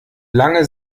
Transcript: lange